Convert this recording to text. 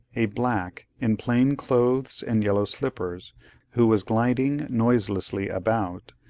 a black in plain clothes and yellow slippers who was gliding noiselessly about,